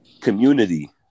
community